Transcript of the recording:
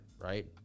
right